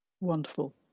Wonderful